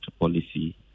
policy